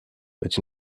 but